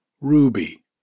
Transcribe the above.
Ruby